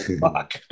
Fuck